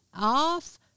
off